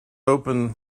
opened